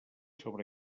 sobre